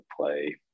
play